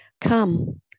Come